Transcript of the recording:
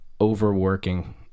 overworking